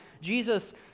Jesus